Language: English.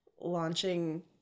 launching